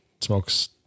smokes